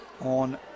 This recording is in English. on